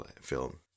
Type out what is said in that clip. film